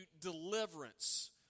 deliverance